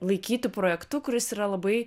laikyti projektu kuris yra labai